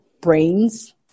brains